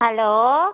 hello